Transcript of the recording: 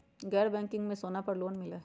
गैर बैंकिंग में सोना पर लोन मिलहई?